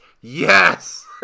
yes